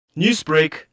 Newsbreak